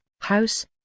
house